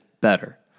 better